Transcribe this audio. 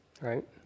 right